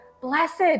blessed